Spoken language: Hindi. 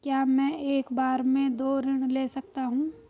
क्या मैं एक बार में दो ऋण ले सकता हूँ?